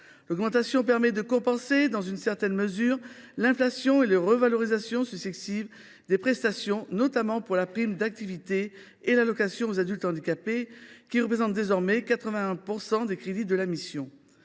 L’augmentation permet de compenser, dans une certaine mesure, l’inflation et les revalorisations successives des prestations, notamment pour la prime d’activité et l’allocation aux adultes handicapés, qui représentent désormais 81 % des crédits de la mission.